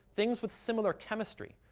things with similar chemistry.